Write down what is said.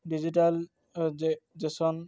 digital Jason